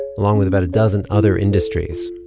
along with about a dozen other industries.